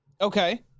okay